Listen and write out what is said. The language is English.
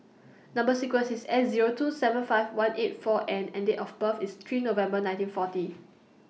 Number sequence IS S Zero two seven five one eight four N and Date of birth IS three November nineteen forty